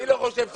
אני לא חושב,